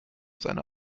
seiner